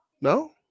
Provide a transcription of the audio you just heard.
No